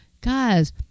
Guys